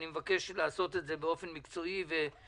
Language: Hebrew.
אני מבקש לעשות את זה באופן מקצועי וענייני.